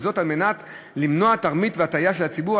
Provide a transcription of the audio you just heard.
וזאת על מנת למנוע תרמית והטעיה של הציבור.